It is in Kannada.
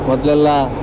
ಮೊದೆಲೆಲ್ಲ